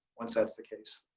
once that's the case.